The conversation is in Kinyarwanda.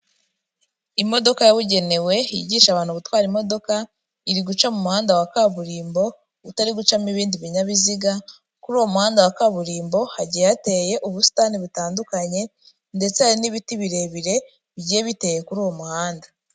Imodoka yabugenewe yigisha abantu gutwara imodoka, iri guca mu muhanda wa kaburimbo utari gucamo ibindi binyabiziga. Kuri uwo muhanda wa kaburimbo hagiye hateye ubusitani butandukanye ndetse hari n'ibiti birebire bigiye biteye kuri uwo muhanda.